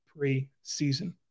preseason